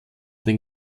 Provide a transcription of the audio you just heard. den